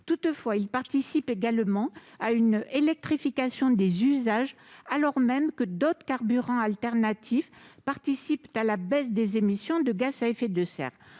filières. Il participe également à une électrification des usages alors même que d'autres carburants alternatifs participent à la baisse des émissions de gaz à effet de serre.